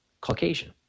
Caucasian